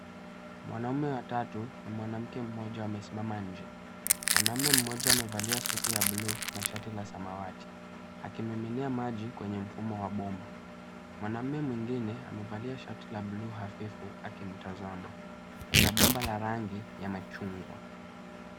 Wanaume watatu na mwanamke mmoja, wamesimama nje. Mwanaume mmoja amevalia suti ya bluu na shati la samawati akimiminia maji kwenye mfumo wa bomba. Mwanaume mwingine amevalia shati la bluu hafifu akimtazama. Kuna bomba la rangi ya machungwa.